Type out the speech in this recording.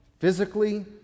Physically